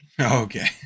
Okay